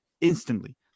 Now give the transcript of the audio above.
instantly